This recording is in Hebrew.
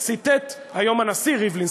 היום הנשיא ריבלין,